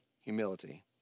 humility